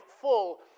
full